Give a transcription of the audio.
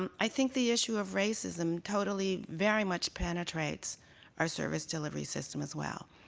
um i think the issue of racism totally very much penetrates our service delivery system as well.